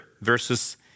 versus